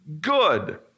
good